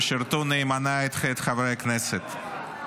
ושירתו נאמנה את חברי הכנסת.